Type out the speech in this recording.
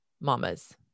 mamas